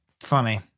funny